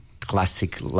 classic